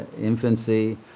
infancy